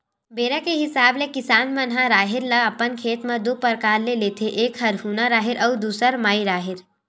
बेरा के हिसाब ले किसान मन ह राहेर ल अपन खेत म दू परकार ले लेथे एक हरहुना राहेर अउ दूसर माई राहेर